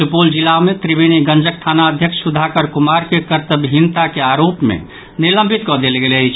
सुपौल जिला मे त्रिवेणीगंजक थानाध्यक्ष सुधाकर कुमार के कर्तव्यहीनता के आरोप मे निलंबित कऽ देल गेल अछि